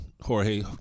Jorge